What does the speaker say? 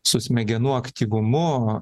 su smegenų aktyvumu